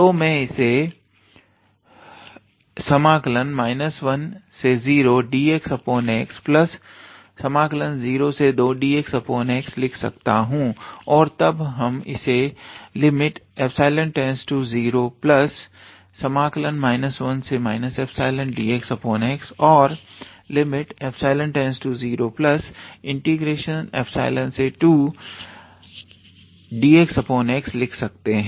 तो मैं इसे 10dxx02dxx लिख सकता हूं और तब हम इसे ∈→0 1 ∈dxx∈→02dxx लिख सकते हैं